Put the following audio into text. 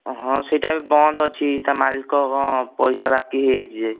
ହଁ ସେଇଟା ଏବେ ବନ୍ଦ ଅଛି ତା ମାଲିକ କ'ଣ ପଇସା ବାକି ହୋଇଯାଇଛି ଯେ